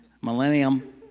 Millennium